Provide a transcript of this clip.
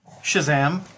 Shazam